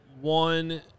One